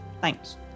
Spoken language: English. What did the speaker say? Thanks